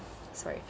sorry